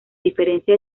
diferencia